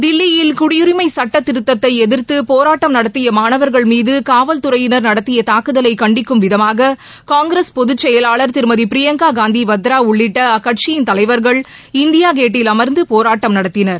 தில்லியில் குடியுரிமை ்சட்டத்திருத்ததை எதிர்த்து போராட்டம் நடத்திய மாணவர்கள் மீது காவல் குறையினர் நடத்திய தாக்குதலை கண்டிக்கும் விதமாக காங்கிரஸ் பொதுச்செயலாளர் திருமதி பிரியங்கா காந்தி வத்ரா உள்ளிட்ட அக்கட்சியின் தலைவர்கள் இந்தியாகேட்டில் அமர்ந்து போராட்டம் நடத்தினர்